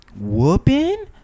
whooping